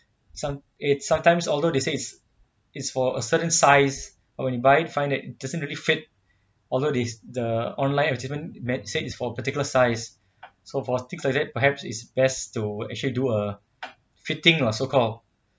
some eh sometimes although they is is for a certain size but when you buy find it doesn't really fit although they the online of different brand said is for particular size so for things like that perhaps is best to actually do a fitting lah so call